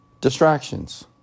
distractions